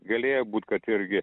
galėjo būt kad irgi